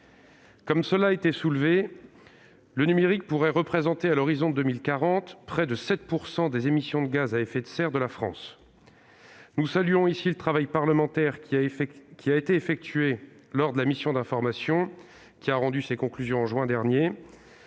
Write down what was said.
Comme cela a été souligné, le numérique pourrait représenter à l'horizon de 2040 près de 7 % des émissions de gaz à effet de serre de la France. Nous saluons le travail parlementaire effectué lors de la mission d'information, qui a rendu ses conclusions en juin dernier.